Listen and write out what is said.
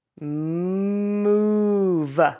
Move